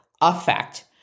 affect